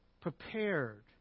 Prepared